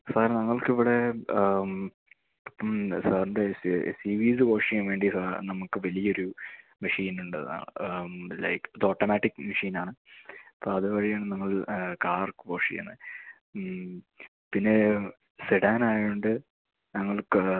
sir ഞങ്ങൾക്കിവിടെ സാറിൻ്റെ seaweed wash ചെയ്യാൻ വേണ്ടി സാർ നമുക്ക് വലിയൊരു മെഷീനുണ്ട് ലൈക്ക് ഇത് ഓട്ടോമാറ്റിക്ക് മെഷിനാണ് അപ്പോള് അതുവഴിയാണ് നമ്മൾ കാർ വാഷ് ചെയ്യുന്നത് പിന്നെ സെഡാനായതുകൊണ്ട് ഞങ്ങൾക്ക്